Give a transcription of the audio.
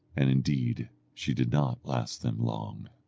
and indeed she did not last them long.